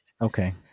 Okay